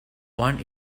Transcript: one